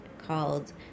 Called